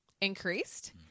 increased